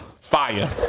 Fire